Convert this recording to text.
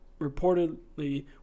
reportedly